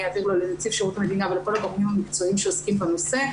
אעביר לנציב שירות המדינה ולכל הגורמים המקצועיים שעוסקים בנושא.